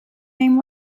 name